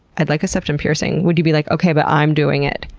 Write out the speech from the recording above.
i'd like a septum piercing. would you be like, okay, but i'm doing it?